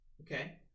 Okay